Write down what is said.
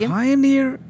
pioneer